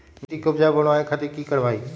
मिट्टी के उपजाऊ बनावे खातिर की करवाई?